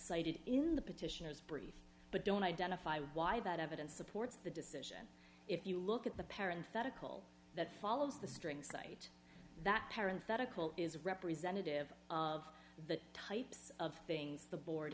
cited in the petitioners brief but don't identify why that evidence supports the decision if you look at the parent thought a call that follows the string cite that parents got a call is representative of the types of things the board